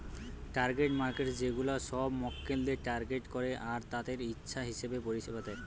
target markets সেগুলা সব মক্কেলদের টার্গেট করে আর তাদের ইচ্ছা হিসাবে পরিষেবা দেয়